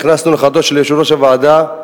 נכנסנו לחדרו של יושב-ראש הוועדה,